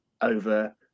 over